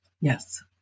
Yes